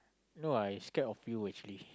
no I scared of you actually